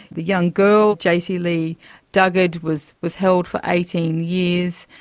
the young girl, jaycee lee dugard, was was held for eighteen years,